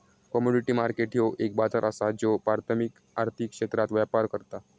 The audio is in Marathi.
कमोडिटी मार्केट ह्यो एक बाजार असा ज्यो प्राथमिक आर्थिक क्षेत्रात व्यापार करता